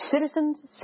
citizens